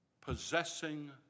possessing